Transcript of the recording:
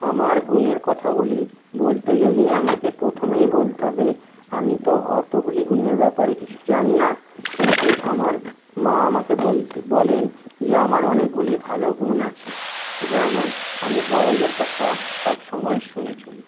আমার গুণের কথাগুলি বলতে গেলে আমাকে প্রথমেই বলতে হবে আমি তো অতগুলি গুণের ব্যাপারে কিছু জানি না কিন্তু আমার মা আমাকে বলেন যে আমার অনেকগুলি ভালো গুণ আছে যেমন আমি বড়োদের কথা সবসময় শুনে চলি